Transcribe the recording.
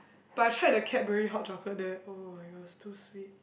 but I tried the Cadbury hot chocolate there [oh]-my-god is too sweet